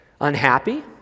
Unhappy